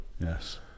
Yes